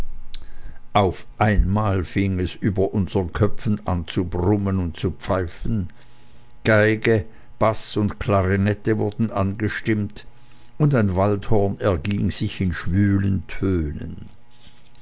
auf einmal fing es über unseren köpfen an zu brummen und zu pfeifen geige baß und klarinette wurden angestimmt und ein waldhorn erging sich in schwülen tönen